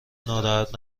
ناراحت